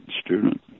student